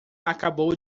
acabou